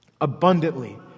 abundantly